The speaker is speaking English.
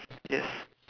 yes